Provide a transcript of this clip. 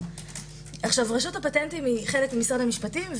רשות הפטנטים היא חלק ממשרד המשפטים,